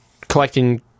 collecting